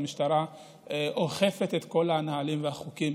המשטרה אוכפת את כל הנהלים והחוקים.